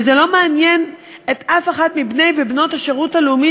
וזה לא מעניין אף אחד מבני ובנות השירות הלאומי